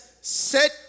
set